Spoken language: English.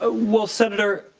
ah well, senator,